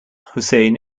hussein